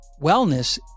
wellness